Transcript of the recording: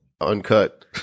Uncut